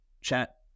chat